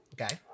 Okay